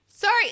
sorry